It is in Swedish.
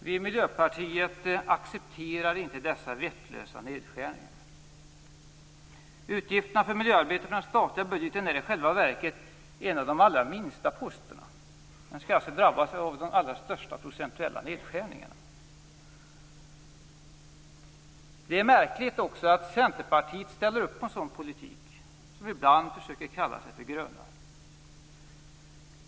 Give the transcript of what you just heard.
Vi i Miljöpartiet accepterar inte dessa vettlösa nedskärningar. Utgifterna för miljöarbetet i den statliga budgeten är i själva verket en av de allra minsta posterna, men skall alltså drabbas av de allra största procentuella nedskärningarna. Det är också märkligt att Centerpartiet, som ibland försöker kalla sig för ett grönt parti, ställer upp på en sådan politik.